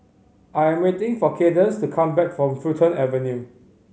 I'm waiting for Cadence to come back from Fulton Avenue